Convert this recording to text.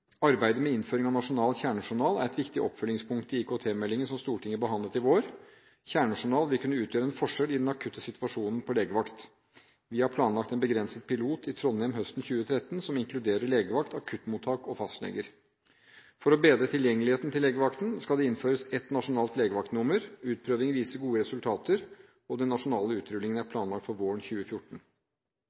Arbeidet med innføring av nasjonal kjernejournal er et viktig oppfølgingspunkt i IKT-meldingen som Stortinget behandlet i vår. Kjernejournal vil kunne utgjøre en forskjell i akutte situasjoner på legevakt. Vi har planlagt en begrenset pilot i Trondheim høsten 2013 som inkluderer legevakt, akuttmottak og fastleger. For å bedre tilgjengeligheten til legevakten skal det innføres ett nasjonalt legevaktnummer. Utprøving viser gode resultater. Den nasjonale utrullingen er planlagt våren